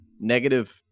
negative